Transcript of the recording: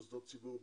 מוסדות הציבור,